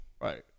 Right